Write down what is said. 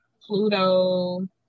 pluto